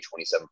27